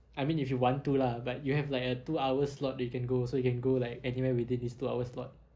I mean if you want to lah but you have like a two hour slot you can go so you can go like anywhere within this two hour slot